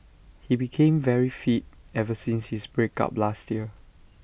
he became very fit ever since his break up last year